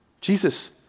Jesus